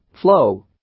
Flow